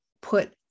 put